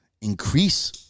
increase